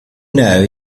know